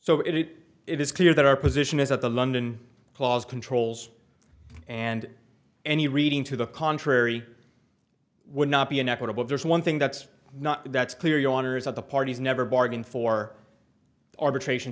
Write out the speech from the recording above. so it is clear that our position is that the london clause controls and any reading to the contrary would not be an equitable there's one thing that's not that's clear you want the parties never bargained for arbitration